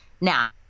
Now